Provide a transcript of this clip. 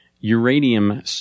uranium